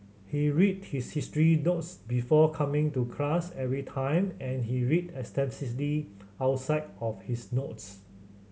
he read his history notes before coming to class every time and he read extensively outside of his notes